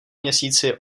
měsíci